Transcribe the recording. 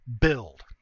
build